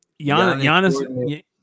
Giannis